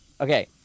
Okay